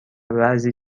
بعضی